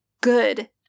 Good